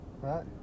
right